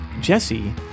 Jesse